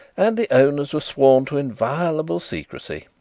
and the owners were sworn to inviolable secrecy!